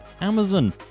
Amazon